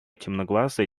темноглазая